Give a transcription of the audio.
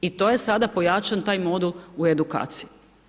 I to je sada pojačan taj modul u edukaciji.